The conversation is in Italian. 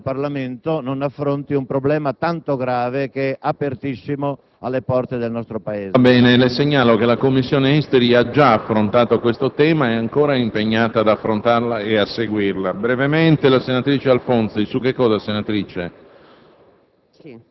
che un ramo del Parlamento non affronti un problema tanto grave e aperto alle porte del nostro Paese.